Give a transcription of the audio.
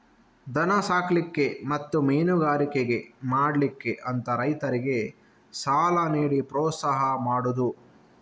ದನ ಸಾಕ್ಲಿಕ್ಕೆ ಮತ್ತೆ ಮೀನುಗಾರಿಕೆ ಮಾಡ್ಲಿಕ್ಕೆ ಅಂತ ರೈತರಿಗೆ ಸಾಲ ನೀಡಿ ಪ್ರೋತ್ಸಾಹ ಮಾಡುದು